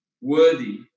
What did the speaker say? worthy